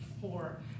four